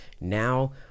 now